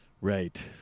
Right